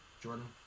Jordan